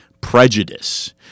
Prejudice